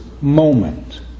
moment